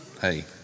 Hey